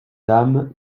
dame